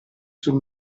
sul